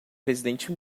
presidente